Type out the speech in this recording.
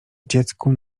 dziecku